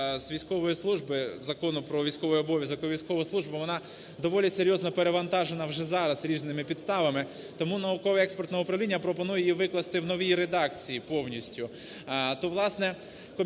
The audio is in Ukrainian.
Закону "Про військовий обов'язок та військову службу", вона доволі серйозно перевантажена вже зараз різними підставами. Тому науково-експертне управління пропонує її викласти в новій редакції повністю.